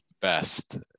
best